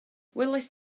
welaist